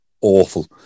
Awful